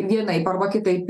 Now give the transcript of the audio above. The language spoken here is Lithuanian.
vienaip arba kitaip